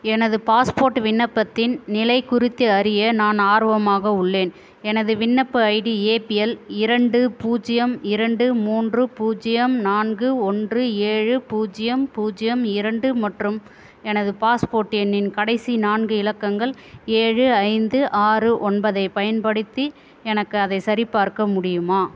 எனது பாஸ்போர்ட் விண்ணப்பத்தின் நிலை குறித்து அறிய நான் ஆர்வமாக உள்ளேன் எனது விண்ணப்ப ஐடி ஏபிஎல் இரண்டு பூஜ்யம் இரண்டு மூன்று பூஜ்யம் நான்கு ஒன்று ஏழு பூஜ்யம் பூஜ்யம் இரண்டு மற்றும் எனது பாஸ்போர்ட் எண்ணின் கடைசி நான்கு இலக்கங்கள் ஏழு ஐந்து ஆறு ஒன்பதைப் பயன்படுத்தி எனக்கு அதைச் சரிபார்க்க முடியுமா